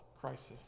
crisis